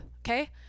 okay